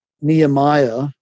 Nehemiah